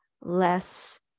less